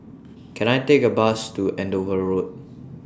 Can I Take A Bus to Andover Road